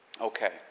Okay